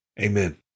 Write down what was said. Amen